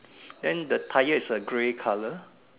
then the tyre is a grey color